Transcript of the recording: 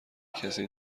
کسی